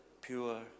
pure